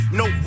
no